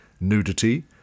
Nudity